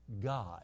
God